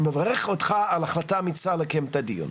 אני מברך אותך על החלטה אמיצה לקיים את הדיון.